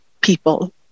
people